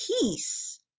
peace